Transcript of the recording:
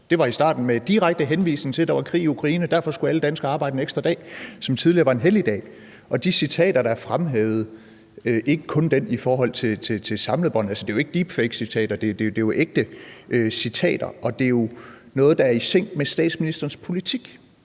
Det var i starten med direkte henvisning til, at der var krig i Ukraine, og derfor skulle alle danskere arbejde en ekstra dag, som tidligere var en helligdag. Og de citater, der er fremhævet, og ikke kun den i forhold til samlebåndet, er jo ikke deepfakecitater; det er jo ægte citater, og det er jo noget, der er i sync med statsministerens politik.